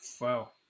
wow